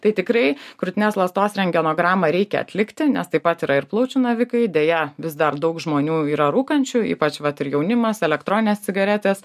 tai tikrai krūtinės ląstos rentgenogramą reikia atlikti nes taip pat yra ir plaučių navikai deja vis dar daug žmonių yra rūkančių ypač vat ir jaunimas elektronines cigaretes